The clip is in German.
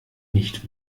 nicht